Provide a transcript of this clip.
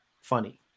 funny